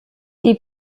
die